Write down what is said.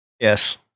yes